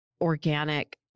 organic